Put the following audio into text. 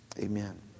Amen